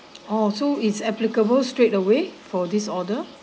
oh so it's applicable straight away for this order